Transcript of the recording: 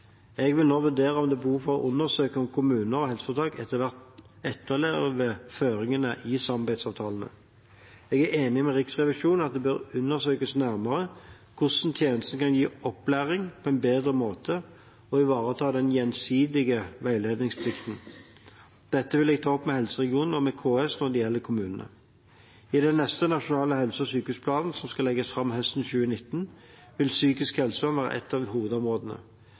Jeg vil nå vurdere om det er behov for å undersøke om kommuner og helseforetak etter hvert etterlever føringene i samarbeidsavtalene. Jeg er enig med Riksrevisjonen i at det bør undersøkes nærmere hvordan tjenesten kan gi opplæring på en bedre måte og ivareta den gjensidige veiledningsplikten. Dette vil jeg ta opp med helseregionene og med KS når det gjelder kommunene. I den neste nasjonale helse- og sykehusplanen, som skal legges fram høsten 2019, vil psykisk helsevern være et av hovedområdene.